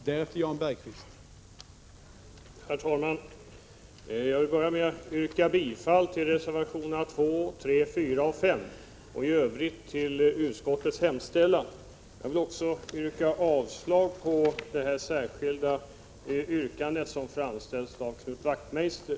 Herr talman! Jag vill börja med att yrka bifall till reservationerna 2, 3, 4 och 5 och i övrigt till utskottets hemställan. Jag vill också yrka avslag på det särskilda yrkande som framställts av Knut Wachtmeister.